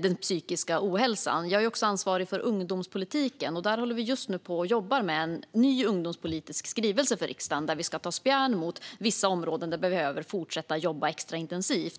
den psykiska ohälsan. Jag är också ansvarig för ungdomspolitiken. Där jobbar vi just nu med en ny ungdomspolitisk skrivelse för riksdagen, där vi ska ta spjärn mot vissa områden där vi behöver fortsätta jobba extra intensivt.